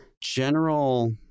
general